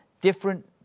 different